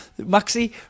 Maxi